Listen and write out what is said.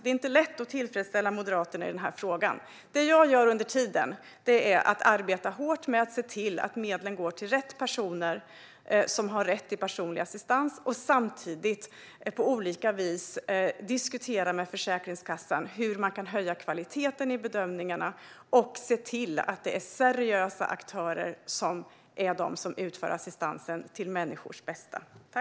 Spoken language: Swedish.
Det är inte lätt att tillfredsställa Moderaterna i den här frågan. Vad jag gör under tiden är att arbeta hårt med att se till att medlen går till rätt personer, som har rätt till personlig assistans, och att samtidigt diskutera med Försäkringskassan om hur man kan höja kvaliteten i bedömningarna och se till att det är seriösa aktörer som är de som utför assistansen för människors bästa.